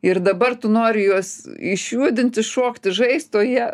ir dabar tu nori juos išjudinti šokti žaist o jie